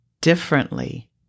differently